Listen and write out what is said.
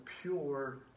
pure